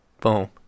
Boom